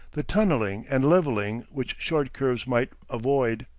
the tunneling and leveling which short curves might avoid.